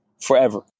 forever